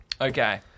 Okay